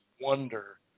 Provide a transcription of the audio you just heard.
wonder